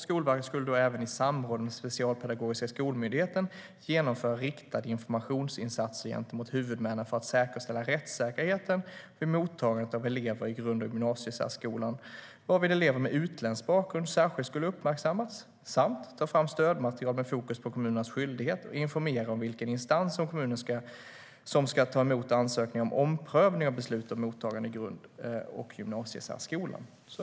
Skolverket skulle då även i samråd med Specialpedagogiska skolmyndigheten genomföra riktade informationsinsatser gentemot huvudmännen för att säkerställa rättssäkerheten vid mottagandet av elever i grund och gymnasiesärskolan, varvid elever med utländsk bakgrund särskilt skulle uppmärksammas, samt ta fram stödmaterial med fokus på kommunernas skyldighet att informera om vilken instans som ska ta emot ansökningar om omprövning av beslut om mottagande i grund och gymnasiesärskolan.